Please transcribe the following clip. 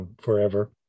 forever